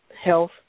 health